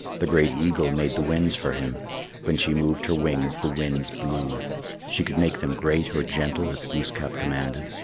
the great eagle made the winds for him when she moved her wings the winds blew she could make them great or gentle as glooskap commanded,